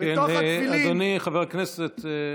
אדוני חבר הכנסת,